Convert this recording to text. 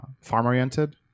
farm-oriented